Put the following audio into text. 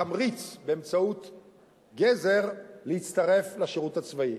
תמריץ באמצעות גזר, להצטרף לשירות הצבאי.